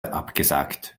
abgesagt